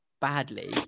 badly